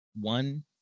one